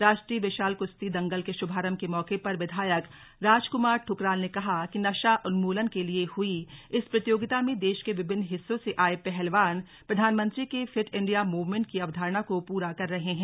राष्ट्रीय विशाल कृश्ती दंगल के श्भारंभ के मौके पर विधायक राजकुमार दुकराल ने कहा कि नशा उन्मूलन के लिए हुई इस प्रतियोगिता में देश के विभिन्न हिस्सों से आये पहलवान प्रधानमंत्री के फिट इंडिया मूवमेंट की अवधारणा को पूरा कर रहे हैं